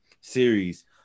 series